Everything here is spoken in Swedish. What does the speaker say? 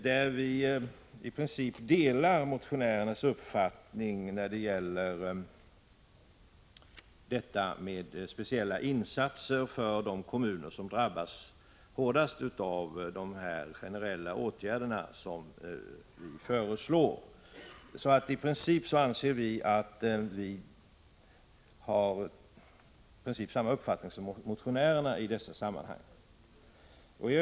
Vi delar i princip motionärernas uppfattning om speciella insatser för de kommuner som drabbas hårdast av de generella åtgärder som vi föreslår. Vi har alltså i princip samma uppfattning som motionärerna. Herr talman!